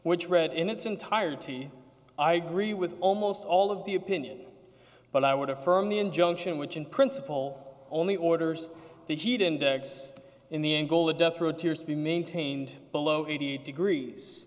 which read in its entirety i agree with almost all of the opinion but i would affirm the injunction which in principle only orders the heat and in the end goal of death through tears to be maintained below eighty degrees